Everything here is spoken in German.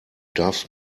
darfst